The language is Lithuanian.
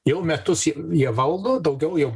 jau metus jie valdo daugiau jau